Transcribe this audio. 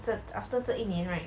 这 after 这一年 right